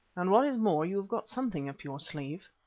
and what is more you have got something up your sleeve.